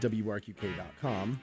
wrqk.com